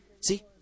see